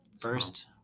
First